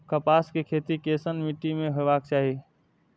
कपास के खेती केसन मीट्टी में हेबाक चाही?